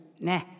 nah